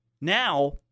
Now